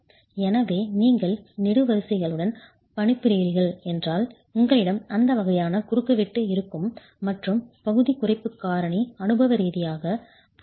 எனவே நீங்கள் நெடுவரிசைகளுடன் பணிபுரிகிறீர்கள் என்றால் உங்களிடம் அந்த வகையான குறுக்குவெட்டு இருக்கும் மற்றும் பகுதி குறைப்பு காரணி அனுபவ ரீதியாக 0